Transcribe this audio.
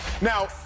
Now